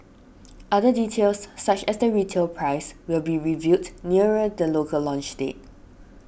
other details such as the retail price will be revealed nearer the local launch date